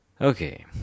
Okay